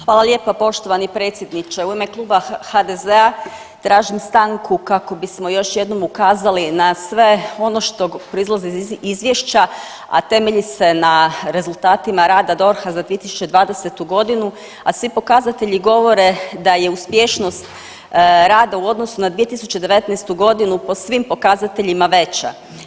Hvala lijepa poštovani predsjedniče, u ime Kluba HDZ-a tražim stanku kako bismo još jednom ukazali na sve ono što proizlazi iz izvješća, a temelji se na rezultatima rada DORH-a za 2020. godinu, a svi pokazatelji govore da je uspješnost rada u odnosu na 2019. godinu po svim pokazateljima veća.